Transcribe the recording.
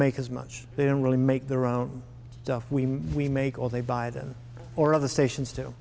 make as much they don't really make their own stuff we we make all they buy them or other stations to